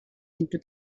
into